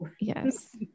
yes